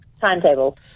Timetable